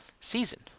season